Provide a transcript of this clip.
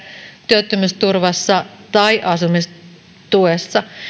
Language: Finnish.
työttömyysturvassa tai asumistuessa